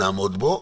נעמוד בו.